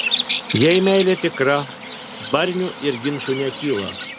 jei meilė tikra barnių ir ginčų nekyla